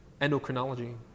endocrinology